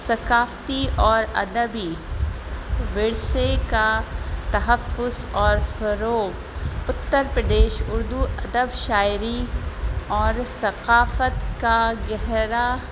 ثقافتی اور ادبی ورثے کا تحفظ اور فروغ اتر پردیش اردو ادب شاعری اور ثقافت کا گہرا